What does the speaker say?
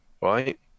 right